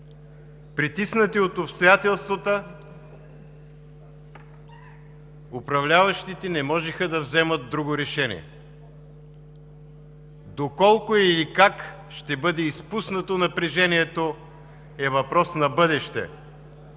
Притиснати от обстоятелствата, управляващите не можеха да вземат друго решение. Доколко или как ще бъде изпуснато напрежението, е въпрос на бъдеще,